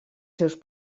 seus